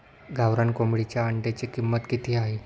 गावरान कोंबडीच्या अंड्याची किंमत किती आहे?